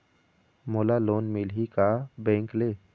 मोला लोन मिलही का बैंक ले?